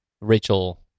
Rachel